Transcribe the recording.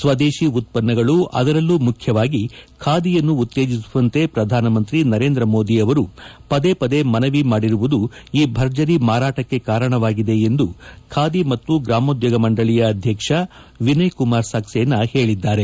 ಸ್ವದೇಶಿ ಉತ್ಪನ್ನಗಳು ಅದರಲ್ಲೂ ಮುಖ್ಯವಾಗಿ ಖಾದಿಯನ್ನು ಉತ್ತೇಜಿಸುವಂತೆ ಪ್ರಧಾನಮಂತ್ರಿ ನರೇಂದ್ರ ಮೋದಿ ಅವರು ಪದೇ ಪದೇ ಮನವಿ ಮಾಡಿರುವುದು ಈ ಭರ್ಜರಿ ಮಾರಾಟಕ್ಕೆ ಕಾರಣವಾಗಿದೆ ಎಂದು ಖಾದಿ ಮತ್ತು ಗ್ರಾಮೋದ್ಲೋಗ ಮಂಡಳಿಯ ಅಧ್ಯಕ್ಷ ವಿನಯ್ಕುಮಾರ್ ಸಕ್ಸೇನಾ ಹೇಳಿದ್ದಾರೆ